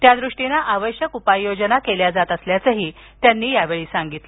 त्यादूष्टीनं आवश्यक उपाययोजना केल्या जात असल्याचं त्यांनी सांगितलं